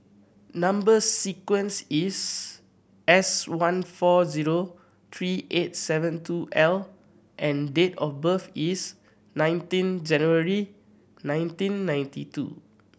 number sequence is S one four zero three eight seven two L and date of birth is nineteen January nineteen ninety two